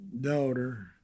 daughter